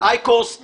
זה אייקוסט